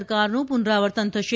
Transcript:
સરકારનું પુનરાવર્તન થશે